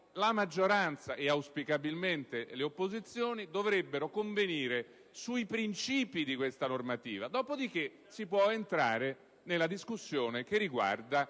la maggioranza, e auspicabilmente le opposizioni, dovrebbero convenire sui principi di questa normativa, dopodiché si potrà entrare nella discussione che riguarda